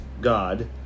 God